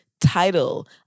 title